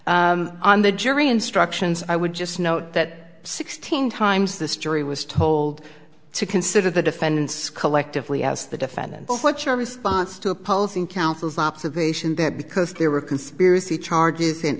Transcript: on the jury instructions i would just note that sixteen times this jury was told to consider the defendant's collectively as the defendant what's your response to opposing counsel's observation that because there were conspiracy charges